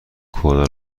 کوالا